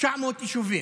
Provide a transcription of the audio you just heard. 900 יישובים,